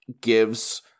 gives